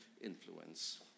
influence